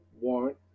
warrant